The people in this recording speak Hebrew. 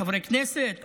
חברי כנסת,